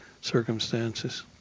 circumstances